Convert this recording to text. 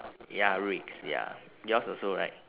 ya rakes ya yours also right